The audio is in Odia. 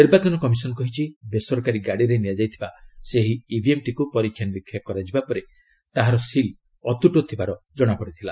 ନିର୍ବାଚନ କମିଶନ କହିଛି ବେସରକାରୀ ଗାଡ଼ିରେ ନିଆଯାଇଥିବା ସେହି ଇଭିଏମ୍ଟିକୁ ପରୀକ୍ଷା ନିରୀକ୍ଷା କରାଯିବା ପରେ ତାହାର ସିଲ୍ ଅତୁଟ ଥିବାର ଜଣାପଡ଼ିଥିଲା